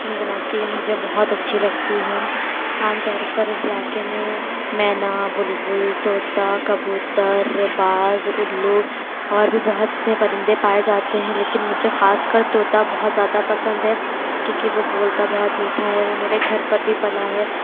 گنگناتی ہے مجھے بہت اچھی لگتی ہے عام طور پر اس علاقے میں مینا بلبل طوطا کبوتر باز الّو اور بھی بہت سے پرندے پائے جاتے ہیں لیکن مجھے خاص کر طوطا بہت زیادہ پسند ہے کیونکہ وہ بولتا بہت میٹھا ہے وہ میرے گھر پر بھی پلا ہے